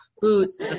boots